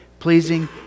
pleasing